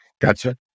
Gotcha